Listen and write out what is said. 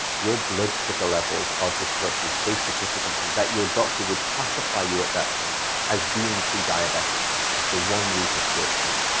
your blood sugar levels are disrupted so significantly that your doctor would classify you at that point as being pre-diabetic after one week of short sleep.